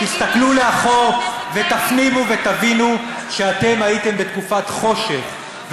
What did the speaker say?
תסתכלו לאחור ותפנימו ותבינו שאתם הייתם בתקופת חושך,